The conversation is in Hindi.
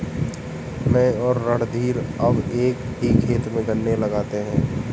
मैं और रणधीर अब एक ही खेत में गन्ने लगाते हैं